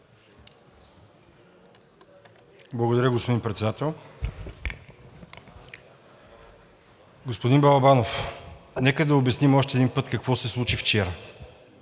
Благодаря, господин Председател. Господин Балабанов, нека да обясним още един път какво се случи вчера.